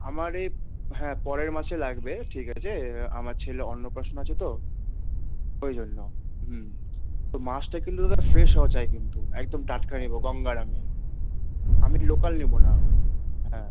আমার এই হ্যাঁ পরের মাসে লাগবে ঠিক আছে আমার ছেলের অন্নপ্রাশন আছে তো ওই জন্য হুম তো মাছটা কিন্তু দাদা ফ্রেস হওয়া চাই কিন্তু একদম টাটকা নেবো গঙ্গার আমি আমি লোকাল নেবো না হ্যাঁ